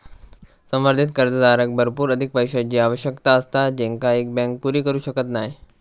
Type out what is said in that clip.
संवर्धित कर्जदाराक भरपूर अधिक पैशाची आवश्यकता असता जेंका एक बँक पुरी करू शकत नाय